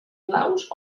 blaus